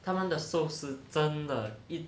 他们的寿司真的一